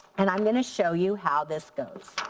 and i'm gonna show you how this goes.